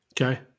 Okay